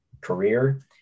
career